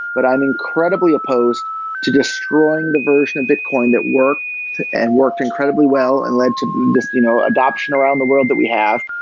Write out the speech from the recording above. but i'm incredibly opposed to destroying the version of bitcoin that worked and worked incredibly well and led to this you know adoption around the world that we have.